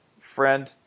friend